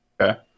Okay